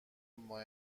ماه